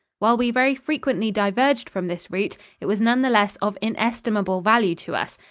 while we very frequently diverged from this route, it was none the less of inestimable value to us,